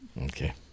Okay